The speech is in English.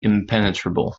impenetrable